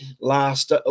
last